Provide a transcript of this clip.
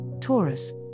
Taurus